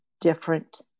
different